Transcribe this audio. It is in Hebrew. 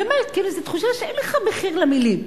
באמת, כאילו, זו תחושה שאין לך מחיר למלים.